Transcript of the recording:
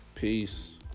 Peace